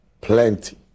Plenty